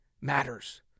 matters